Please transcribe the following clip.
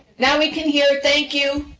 now, we can hear, thank you.